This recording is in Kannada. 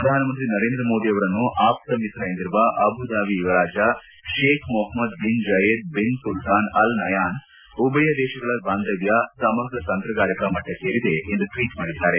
ಪ್ರಧಾನಮಂತ್ರಿ ನರೇಂದ್ರ ಮೋದಿ ಅವರನ್ನು ಆಪ್ತಮಿತ್ರ ಎಂದಿರುವ ಅಬುಧಾಬಿ ಯುವರಾಜ Sheikh Mohamed bin Zayed bin Sultan Al ನಹ್ಕಾನ್ ಉಭಯ ದೇಶಗಳ ಬಾಂಧವ್ಯ ಸಮಗ್ರ ತಂತ್ರಗಾರಿಕಾ ಮಟ್ಟಕ್ಕೇರಿದೆ ಎಂದು ಟ್ವೀಟ್ ಮಾಡಿದ್ದಾರೆ